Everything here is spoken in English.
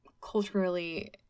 culturally